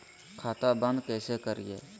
खाता बंद कैसे करिए?